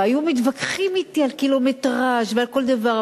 והיו מתווכחים אתי על קילומטרז' ועל כל דבר,